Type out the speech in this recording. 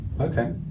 Okay